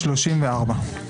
שלושה בעד, חמישה נגד, אין נמנעים.